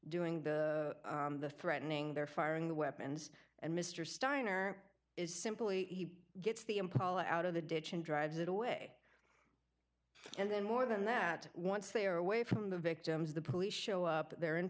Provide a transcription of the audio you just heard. doing the threatening they're firing the weapons and mr steiner is simply he gets the impala out of the ditch and drives it away and then more than that once they are away from the victims the police show up there in